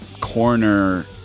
corner